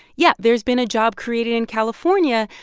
yeah, there's been a job created in california,